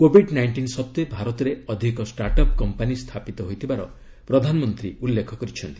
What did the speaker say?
Covid nineteen ସତ୍ତ୍ୱେ ଭାରତରେ ଅଧିକ ଷ୍ଟାର୍ଟଅପ୍ କମ୍ପାନୀ ସ୍ଥାପିତ ହୋଇଥିବାର ପ୍ରଧାନମନ୍ତ୍ରୀ ଉଲ୍ଲେଖ କରିଛନ୍ତି